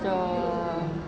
so